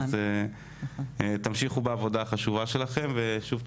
אז תמשיכו בעבודה החשובה שלכם ושוב,